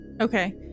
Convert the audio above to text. Okay